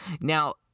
Now